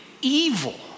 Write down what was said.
evil